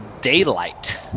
daylight